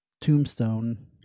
tombstone